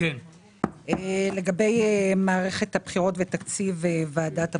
לגבי מערכת הבחירות ותקציב ועדת הבחירות.